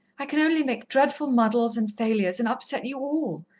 i can only make dreadful muddles and failures, and upset you all.